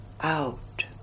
out